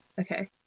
Okay